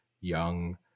young